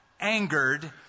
angered